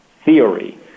theory